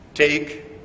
Take